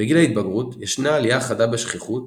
בגיל ההתבגרות ישנה עליה חדה בשכיחות